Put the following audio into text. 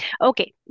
Okay